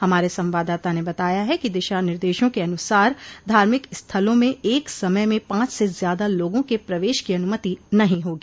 हमारे संवाददाता ने बताया है कि दिशा निर्देशों के अनुसार धार्मिक स्थलों में एक समय में पांच से ज्यादा लोगों के प्रवेश की अनुमति नहीं होगी